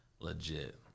legit